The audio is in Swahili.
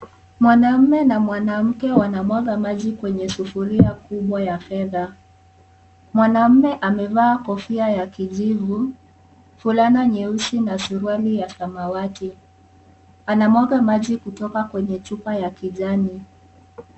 Mwanaume na mwanamke wanamwaga maji kwenye sufuria kubwa ya fedha , mwanaume amevaa kofia ya kijivu, fulana nyeusi na suruali ya samawati anamwaga maji kutoka kwenye chupa ya kijani.